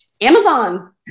Amazon